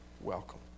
welcome